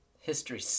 history